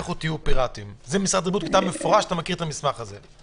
אתה מכיר את המסמך הזה.